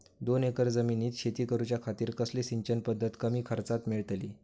दोन एकर जमिनीत शेती करूच्या खातीर कसली सिंचन पध्दत कमी खर्चात मेलतली?